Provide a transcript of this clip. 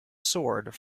sword